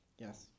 Yes